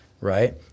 right